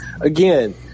again